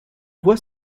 voix